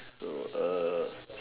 through us